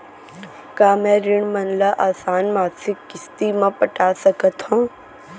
का मैं ऋण मन ल आसान मासिक किस्ती म पटा सकत हो?